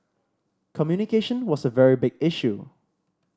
communication was a very big issue